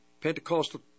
Pentecostal